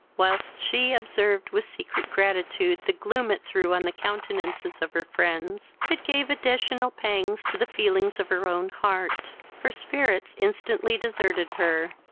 whilst she observed with secret gratitude the gloom it threw on the countenances of her friends, it gave additional pangs to the feelings of her own heart her spirits instantly deserted her,